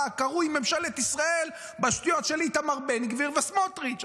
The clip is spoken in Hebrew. הקרוי "ממשלת ישראל" בשטויות של איתמר בן גביר וסמוטריץ'.